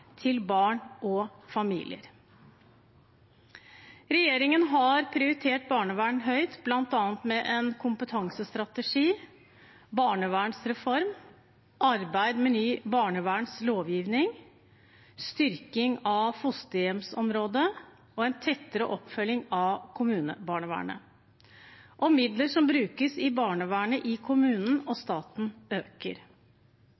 til barn og familier. Regjeringen har prioritert barnevern høyt, bl.a. med en kompetansestrategi, barnevernsreform, arbeid med ny barnevernslovgivning, styrking av fosterhjemsområdet og en tettere oppfølging av kommunebarnevernet. Midler som brukes på barnevernet i kommunen og staten, øker. Men det er